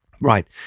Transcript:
Right